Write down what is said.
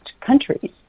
countries